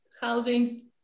housing